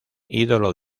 ídolo